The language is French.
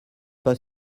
pas